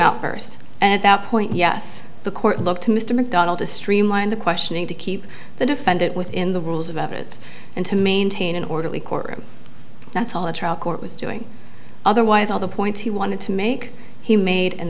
outbursts and at that point yes the court looked to mr macdonald to streamline the questioning to keep the defendant within the rules of evidence and to maintain an orderly courtroom that's all the trial court was doing otherwise all the points he wanted to make he made and